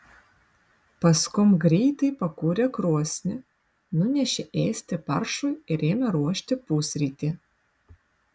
paskum greitai pakūrė krosnį nunešė ėsti paršui ir ėmė ruošti pusrytį